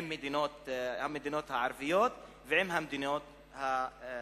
המדינות הערביות ועם המדינות המוסלמיות.